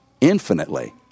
infinitely